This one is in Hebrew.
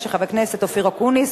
של חבר הכנסת אברהם מיכאלי,